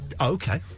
Okay